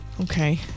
Okay